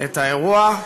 את האירוע.